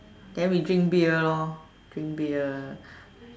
then we drink beer lor drink beer